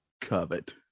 Covet